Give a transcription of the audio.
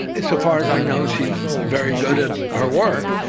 so far as i know, she's very good at her work,